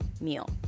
meal